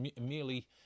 merely